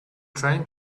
trying